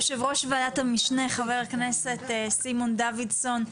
יושב-ראש ועדת המשנה חבר הכנסת סימון דוידסון.